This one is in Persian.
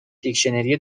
دیکشنری